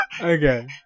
Okay